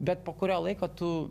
bet po kurio laiko tu